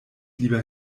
lieber